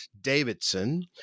Davidson